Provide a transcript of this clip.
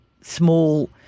small